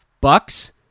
Bucks